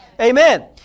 Amen